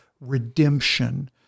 redemption